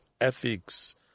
ethics